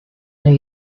new